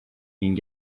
گین